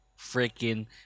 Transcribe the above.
freaking